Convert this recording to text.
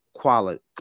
quality